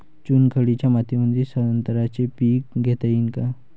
चुनखडीच्या मातीमंदी संत्र्याचे पीक घेता येईन का?